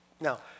Now